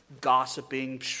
gossiping